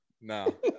No